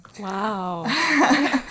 wow